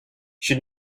she